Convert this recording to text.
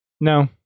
No